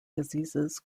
diseases